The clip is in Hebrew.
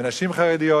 ונשים חרדיות,